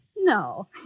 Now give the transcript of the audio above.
No